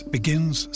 Begins